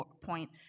Point